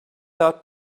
out